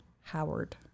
Howard